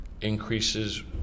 Increases